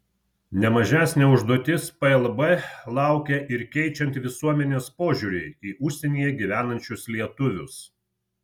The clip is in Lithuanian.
ne mažesnė užduotis plb laukia ir keičiant visuomenės požiūrį į užsienyje gyvenančius lietuvius